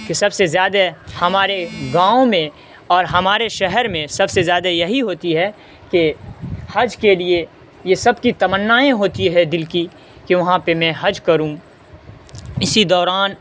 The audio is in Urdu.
کہ سب سے زیادہ ہمارے گاؤں میں اور ہمارے شہر میں سب سے زیادہ یہی ہوتی ہے کہ حج کے لیے یہ سب کی تمنائیں ہوتی ہے دل کی کہ وہاں پہ میں حج کروں اسی دوران